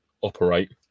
operate